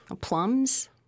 Plums